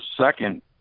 second